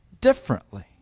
differently